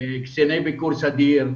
קציני ביקור סדיר,